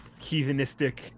heathenistic